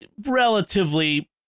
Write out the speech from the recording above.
relatively